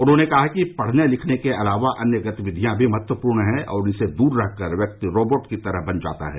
उन्होंने कहा कि पढने लिखने के अलावा अन्य गतिविधियां भी महत्वपूर्ण हैं और इनसे दूर रहकर व्यक्ति रोबोट की तरह बन जाता है